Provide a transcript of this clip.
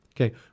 Okay